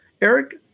Eric